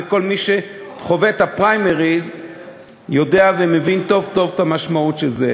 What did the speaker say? וכל מי שחווה את הפריימריז יודע ומבין טוב-טוב את המשמעות של זה.